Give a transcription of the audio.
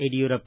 Yediyurappa